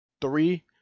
three